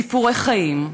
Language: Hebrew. סיפורי חיים,